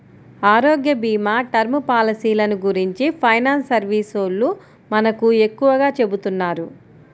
ఆరోగ్యభీమా, టర్మ్ పాలసీలను గురించి ఫైనాన్స్ సర్వీసోల్లు మనకు ఎక్కువగా చెబుతున్నారు